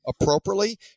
appropriately